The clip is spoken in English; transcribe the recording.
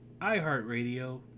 iHeartRadio